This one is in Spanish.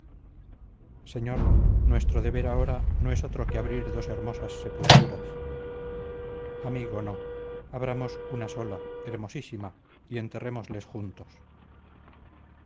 señor nuestro deber ahora no es otro que abrir dos hermosas sepulturas amigo no abramos una sola hermosísima y enterrémosles juntos